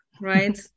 right